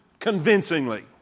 convincingly